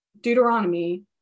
Deuteronomy